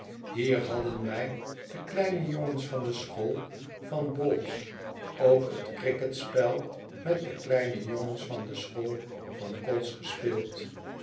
hier hadden wij de kleine jongens van de school van boles ook f cricketspel met de kleinejongens van de school van coles gespeeld